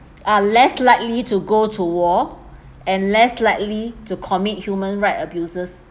are less likely to go to war and less likely to commit human right abuses